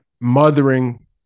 mothering